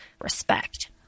respect